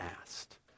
asked